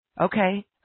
Okay